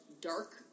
dark